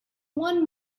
one